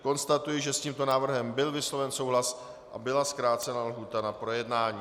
Konstatuji, že s tímto návrhem byl vysloven souhlas a byla zkrácena lhůta na projednání.